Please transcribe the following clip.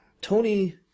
Tony